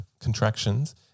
contractions –